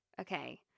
okay